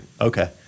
Okay